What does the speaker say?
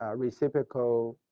ah reciprocal